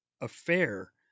affair